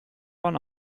waren